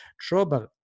Trouble